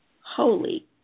holy